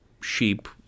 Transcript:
sheep